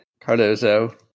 Cardozo